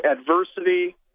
adversity